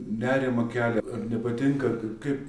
nerimą kelia ar nepatinka kaip